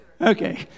Okay